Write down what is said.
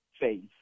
faith